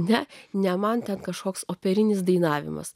ne ne man ten kažkoks operinis dainavimas